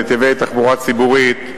נתיבי תחבורה ציבורית.